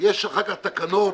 יש אחר כך תקנות.